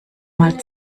mal